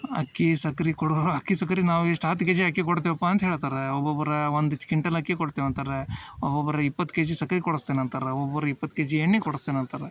ಅಕ್ಕಿ ಸಕ್ರೆ ಕೊಡುವವ್ರು ಅಕ್ಕಿ ಸಕ್ರೆ ನಾವು ಎಷ್ಟು ಹತ್ತು ಕೆ ಜಿ ಅಕ್ಕಿ ಕೊಡ್ತೇವಪ್ಪ ಅಂತ ಹೇಳ್ತಾರ ಒಬ್ಬೊಬ್ರು ಒಂದು ಕಿಂಟಾಲ್ ಅಕ್ಕಿ ಕೊಡ್ತೇವೆ ಅಂತಾರ ಒಬೊಬ್ರು ಇಪ್ಪತ್ತು ಕೆ ಜಿ ಸಕ್ರೆ ಕೊಡಿಸ್ತೇನೆ ಅಂತಾರ ಒಬ್ರು ಇಪ್ಪತ್ತು ಕೆ ಜಿ ಎಣ್ಣೆ ಕೊಡಸ್ತೇನೆ ಅಂತಾರ